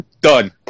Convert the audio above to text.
Done